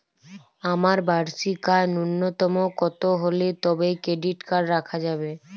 আমার বার্ষিক আয় ন্যুনতম কত হলে তবেই ক্রেডিট কার্ড রাখা যাবে?